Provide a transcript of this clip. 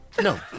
No